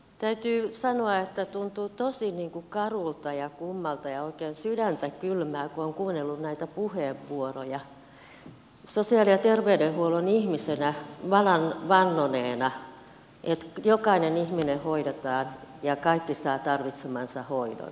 täytyy sanoa että tuntuu tosi karulta ja kummalta ja oikein sydäntä kylmää kun on kuunnellut näitä puheenvuoroja sosiaali ja terveydenhuollon ihmisenä valan vannoneena että jokainen ihminen hoidetaan ja kaikki saavat tarvitsemansa hoidon